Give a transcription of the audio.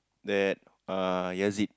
that uh he has it